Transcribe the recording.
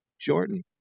jordan